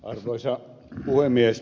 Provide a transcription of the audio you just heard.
arvoisa puhemies